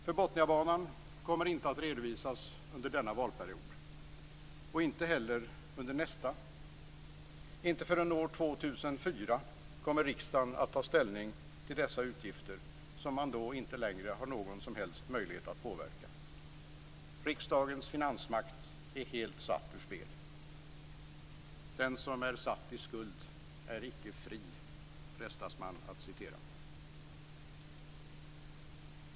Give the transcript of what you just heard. För Botniabanan kommer de inte att redovisas under denna valperiod och heller inte under nästa. Inte förrän 2004 kommer riksdagen att ta ställning till dessa utgifter som man då inte har någon som helst möjlighet att påverka. Riksdagens finansmakt är helt satt ur spel. "Den som är satt i skuld är icke fri", frestas man att citera.